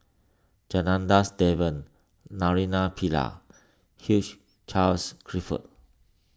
Janadas Devan Naraina Pillai Hugh Charles Clifford